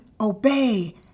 obey